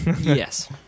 Yes